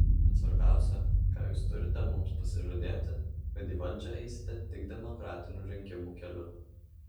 bet svarbiausia ką jūs turite mums pasižadėti kad į valdžią eisite tik demokratinių rinkimų keliu